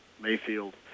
Mayfield